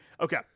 Okay